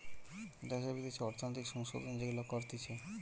দ্যাশে বিদ্যাশে অর্থনৈতিক সংশোধন যেগুলা করতিছে